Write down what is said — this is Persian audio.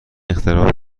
اختراع